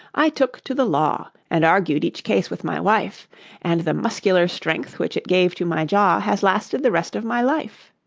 i took to the law, and argued each case with my wife and the muscular strength, which it gave to my jaw, has lasted the rest of my life